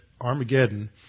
Armageddon